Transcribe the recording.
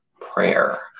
prayer